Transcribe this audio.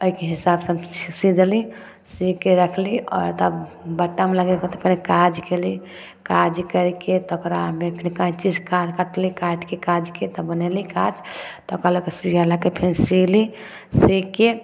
ओहिके हिसाबसँ हम सी देली सीके रखली आओर तब बटन लगबयके पहिले तऽ काज कयली काज करिके तऽ ओकरामे फेर कैञ्चीसँ काज काटली काटिके काजके तब बनयली काज तब ओकरा सुइया लअके सिली सीके